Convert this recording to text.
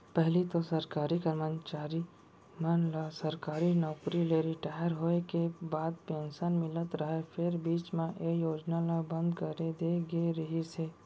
पहिली तो सरकारी करमचारी मन ल सरकारी नउकरी ले रिटायर होय के बाद पेंसन मिलत रहय फेर बीच म ए योजना ल बंद करे दे गे रिहिस हे